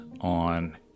on